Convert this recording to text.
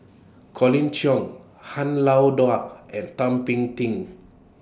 Colin Cheong Han Lao and Thum Ping Tjin